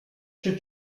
czy